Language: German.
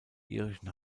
irischen